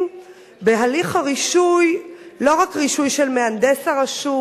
בהליך הרישוי לא רק אישור של מהנדס הרשות,